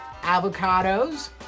avocados